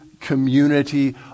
community